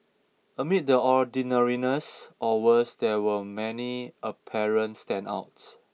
amid the ordinariness or worse there were many apparent standouts